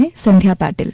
sunday about